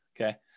Okay